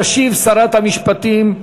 תשיב שרת המשפטים,